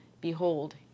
Behold